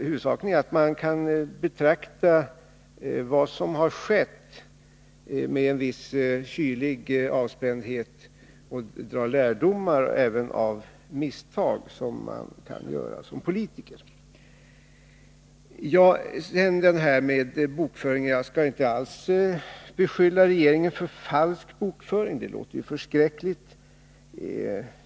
Huvudsaken är att man kan betrakta vad som har skett med en viss kylig avspändhet och dra lärdomar även av misstag som man kan göra som politiker. När det sedan gäller bokföringen skall jag inte alls beskylla regeringen för falsk bokföring — det låter ju förskräckligt.